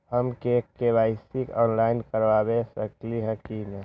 हम KYC online करवा सकली ह कि न?